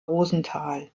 rosenthal